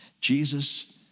Jesus